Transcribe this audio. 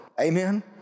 Amen